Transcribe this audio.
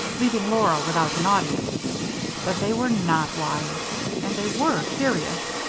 leaving laura without an audience but they were not wise and they were curious.